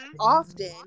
often